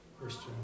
Christian